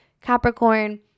capricorn